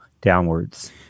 downwards